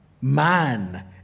man